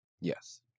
Yes